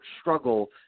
struggle